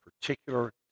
particular